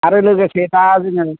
आरो लोगोसे दा जोङो